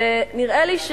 ונראה לי,